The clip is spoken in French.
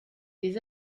des